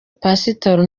pasitoro